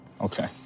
Okay